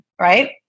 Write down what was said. right